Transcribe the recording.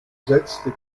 setzte